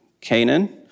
Canaan